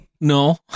No